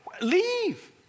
leave